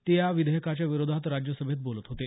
ते या विधेयकाच्या विरोधात राज्यसभेत बोलत होते